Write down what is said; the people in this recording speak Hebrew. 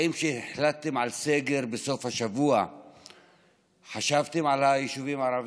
האם כשהחלטתם על סגר בסוף השבוע חשבתם על היישובים הערביים?